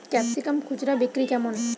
Capsicum খুচরা বিক্রি কেমন?